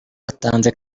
atanze